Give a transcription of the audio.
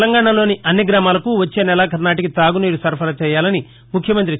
తెలంగాణాలోని అన్ని గ్రామాలకు వచ్చే నెలాఖరు నాటికి తాగు నీరు సరఫరా చేయాలని ముఖ్యమంత్రి కే